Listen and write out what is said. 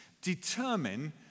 determine